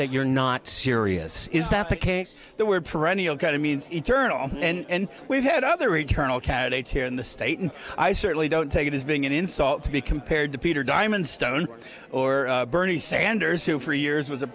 that you're not serious is that the case that we're perennial kind of means eternal and we've had other internal candidates here in the state and i certainly don't take it as being an insult to be compared to peter diamond stone or bernie sanders who for years was a